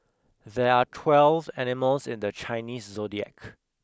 there are twelve animals in the Chinese zodiac